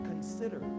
consider